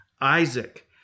Isaac